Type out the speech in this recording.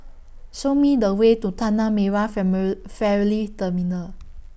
Show Me The Way to Tanah Merah Terminal